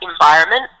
environment